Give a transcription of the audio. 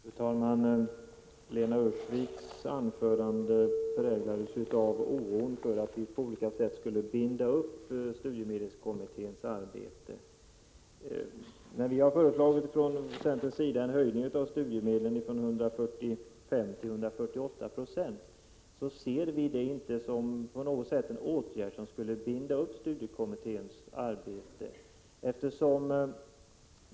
Fru talman! Lena Öhrsviks anförande präglades av oro för att vi på olika sätt skulle binda upp studiemedelskommitténs arbete. När vi från centern har föreslagit en höjning av studiemedel från 145 9 till 148 96 ser vi inte det på något sätt som en åtgärd som skulle binda upp studiemedelskommitténs arbete.